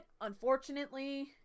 unfortunately